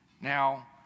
Now